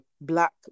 black